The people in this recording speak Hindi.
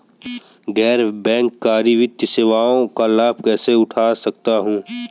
गैर बैंककारी वित्तीय सेवाओं का लाभ कैसे उठा सकता हूँ?